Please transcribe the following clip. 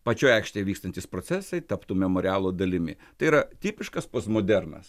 pačioj aikštėj vykstantys procesai taptų memorialo dalimi tai yra tipiškas postmodernas